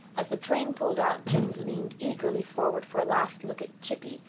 as the train pulled out jims leaned eagerly forward for a last look at chippy,